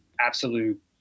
absolute